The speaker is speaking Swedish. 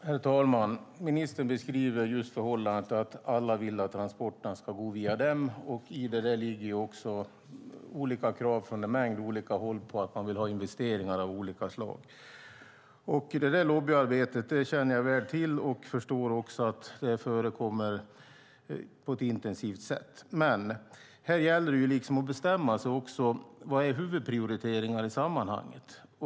Herr talman! Ministern beskriver det förhållandet att alla vill att transporterna ska gå via dem. I det ligger också olika krav från många håll på att man vill ha investeringar av olika slag. Jag känner väl till det lobbyarbetet. Jag förstår också att det är intensivt. Här gäller det att bestämma sig. Vilka är huvudprioriteringarna i sammanhanget?